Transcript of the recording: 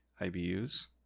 IBUs